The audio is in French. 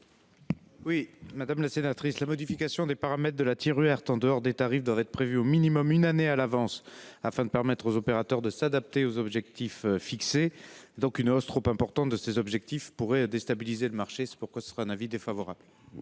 du Gouvernement ? La modification des paramètres de la Tiruert, en dehors des tarifs, doit être prévue au minimum une année en avance afin de permettre aux opérateurs de s’adapter aux objectifs fixés. Une hausse trop importante des objectifs en la matière pourrait déstabiliser le marché. C’est pourquoi j’émets un avis défavorable.